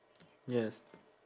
yes